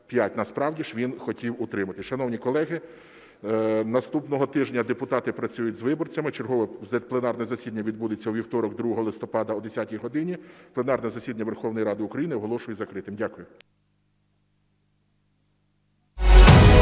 Насправді ж він хотів утриматися. Шановні колеги, наступного тижня депутати працюють з виборцями. Чергове пленарне засідання відбудеться у вівторок, 2 листопада о 10 годині. Пленарне засідання Верховної Ради України оголошую закритим. Дякую.